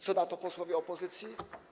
Co na to posłowie opozycji?